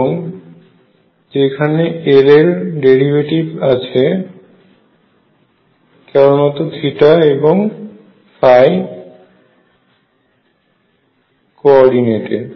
এবং যেখানে L এর ডেরিভেটিভ আছে কেবলমাত্র θ এবং কো অর্ডিনেটে